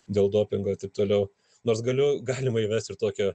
dėl dopingo taip toliau nors galiu galima įvest ir tokią